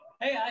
Hey